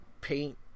paint